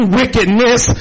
wickedness